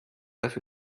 dafür